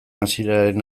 hasieraren